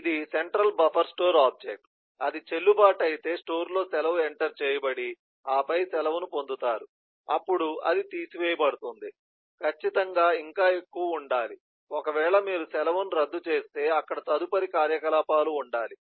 ఇది central buffer store object అది చెల్లుబాటు అయితే స్టోర్ లో సెలవు ఎంటర్ చేయబడి ఆపై సెలవును పొందుతారు అప్పుడు అది తీసివేయబడుతుంది ఖచ్చితంగా ఇంకా ఎక్కువ ఉండాలి ఒకవేళ మీరు సెలవును రద్దు చేస్తే అక్కడ తదుపరి కార్యకలాపాలు ఉండాలి